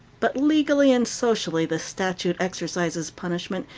but legally and socially the statute exercises punishment,